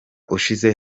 ushize